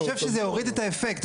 אני חושב שזה יוריד את האפקט.